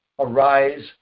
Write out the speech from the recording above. Arise